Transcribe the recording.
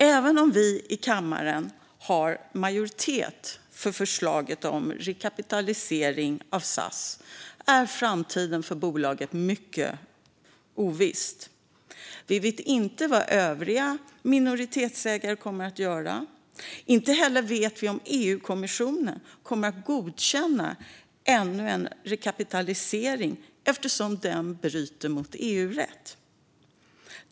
Även om en majoritet i kammaren är för förslaget om rekapitalisering av SAS är framtiden för bolaget mycket oviss. Vi vet inte vad övriga minoritetsägare kommer att göra. Inte heller vet vi om EU-kommissionen kommer att godkänna ännu en rekapitalisering, eftersom det bryter mot EU-rätt.